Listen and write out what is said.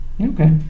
Okay